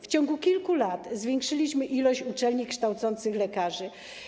W ciągu kilku lat zwiększyliśmy ilość uczelni kształcących lekarzy.